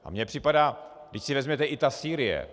A mně připadá vždyť si vezměte, i ta Sýrie.